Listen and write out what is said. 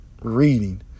reading